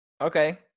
Okay